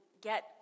get